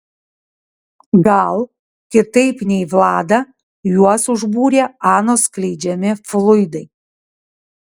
gal kitaip nei vladą juos užbūrė anos skleidžiami fluidai